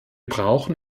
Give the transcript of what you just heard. brauchen